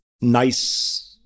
nice